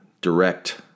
direct